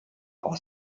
aus